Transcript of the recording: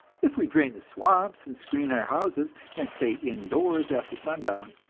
if we drain the swamps and screen our houses and stay in doors after sundown,